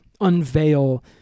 unveil